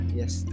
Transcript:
yes